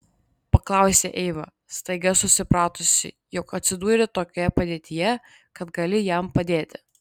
paklausė eiva staiga susipratusi jog atsidūrė tokioje padėtyje kad gali jam padėti